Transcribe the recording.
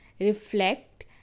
reflect